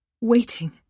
waiting